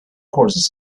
horses